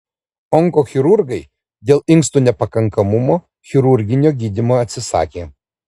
onkochirurgai dėl inkstų nepakankamumo chirurginio gydymo atsisakė